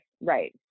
right